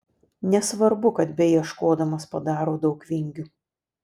nesvarbu kad beieškodamas padaro daug vingių